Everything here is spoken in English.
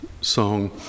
song